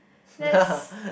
let's